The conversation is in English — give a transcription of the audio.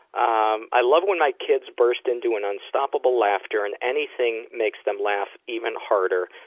um i love when my kids burst into an unstoppable laughter and anything makes them laugh even harder,